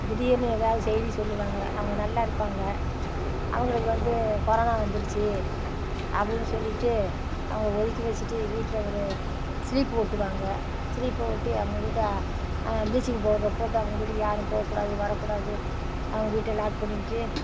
திடீர்னு ஏதாவது செய்தி சொல்லுவாங்கள் அவங்க நல்லா இருப்பாங்கள் அவங்களுக்கு வந்து கொரோனா வந்துருச்சு அப்படின்னு சொல்லிகிட்டு அவங்கள ஒதுக்கி வச்சுட்டு வீட்டில் ஒரு ஸ்லீப் ஒட்டுவாங்கள் ஸ்லீப்பை ஒட்டி அவங்க வீட்டை ப்ளீச்சிங் பவுடரை போட்டு அவங்க வீட்டுக்கு யாரும் போகக்கூடாது வரக்கூடாது அவங்க வீட்டை லாக் பண்ணிக்கிட்டு